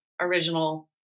original